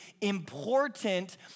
important